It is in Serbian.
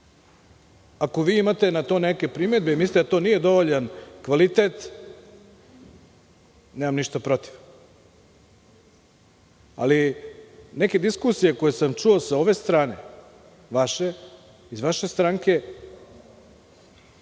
Ako vi imate na to neke primedbe i mislite da to nije dovoljan kvalitet, nemam ništa protiv. Ali, neke diskusije koje sam čuo sa ove strane vaše, iz vaše stranke,